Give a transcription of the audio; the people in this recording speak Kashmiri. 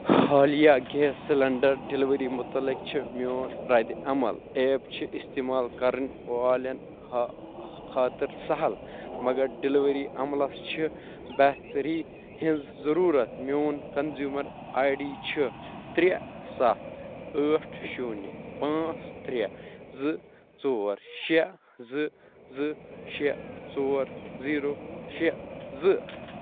حالیہ گیس سِلنڈر ڈِلؤری متعلق چھِ میون ردِ عمل ایپ چھِ اِستعمال کَرٕنۍ والٮ۪ن حا خٲطر سہل مگر ڈِلؤری عملس چھِ بہتری ہِنٛزۍ ضُروٗرت میون کنزیوٗمر آی ڈی چھِ ترٛےٚ سَتھ ٲٹھ شوٗنہِ پانٛژھ ترٚےٚ زٕ ژور شےٚ زٕ زٕ شےٚ ژور زیٖرو شےٚ زٕ